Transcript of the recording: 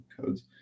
codes